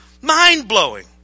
Mind-blowing